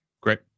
great